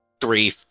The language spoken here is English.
three